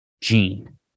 gene